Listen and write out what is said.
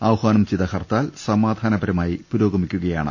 ആഹ്വാനം ചെയ്ത ഹർത്താൽ സമാധാരപരമായി പുരോഗമിക്കുക യാണ്